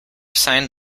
signed